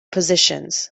positions